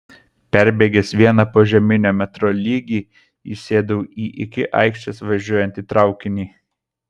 perbėgęs vieną požeminio metro lygį įsėdau į iki aikštės važiuojantį traukinį